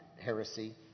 heresy